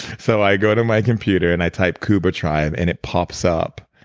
so i go to my computer and i type kuba tribe and it pops up.